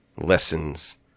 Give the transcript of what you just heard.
lessons